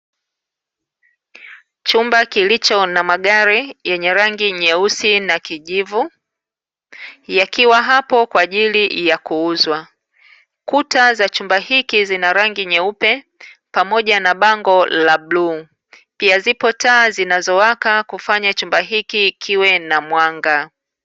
Chumba kilicho na magari Yenye rangi nyeusi na kijivu, yakiwa hapo kwa ajili ya kuuzwa kuta za chumba hiki chenye rangi nyeupe pamoja na bango la bluu, zipo taa zinazowaka kufanya chumba hiki kiwe na mwanga.